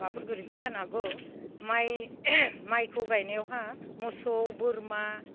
माबाफोर गोरोन्थि जानो हागौ माइ माइखौ गायनायावहा मोसौ बोरमा